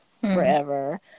forever